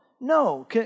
no